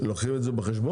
לנושא של הביטוחים לרכב.